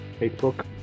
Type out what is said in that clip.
Facebook